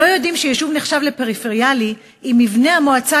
הם לא יודעים שיישוב נחשב פריפריאלי אם מבנה המועצה